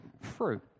fruit